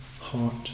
heart